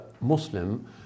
Muslim